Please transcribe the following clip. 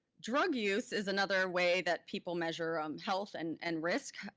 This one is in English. drug use is another way that people measure um health and and risk.